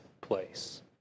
place